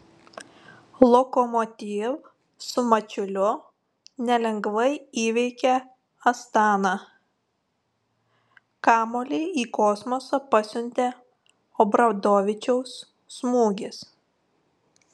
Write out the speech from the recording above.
lokomotiv su mačiuliu nelengvai įveikė astaną kamuolį į kosmosą pasiuntė obradovičiaus smūgis